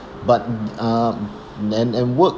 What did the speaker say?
but uh and and work